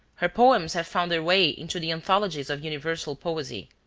her poems have found their way into the anthologies of universal poesy.